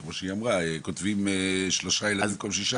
כמו שהיא אמרה, כותבים שלושה ילדים במקום שישה.